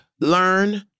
learn